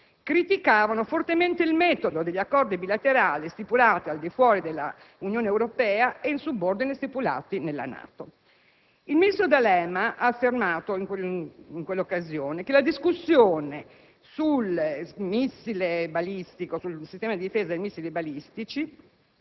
criticavano fortemente il metodo degli accordi bilaterali stipulati al di fuori dell'Unione Europea e in subordine stipulati nella NATO. Il ministro D'Alema ha affermato in quell'occasione che la discussione sul sistema di difesa dei missili balistici